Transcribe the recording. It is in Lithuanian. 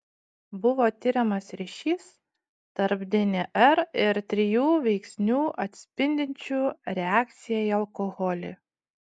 buvo tiriamas ryšys tarp dnr ir trijų veiksnių atspindinčių reakciją į alkoholį